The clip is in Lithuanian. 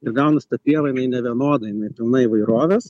ir gaunas ta pieva jinai nevienodai jinai pilna įvairovės